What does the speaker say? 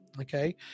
okay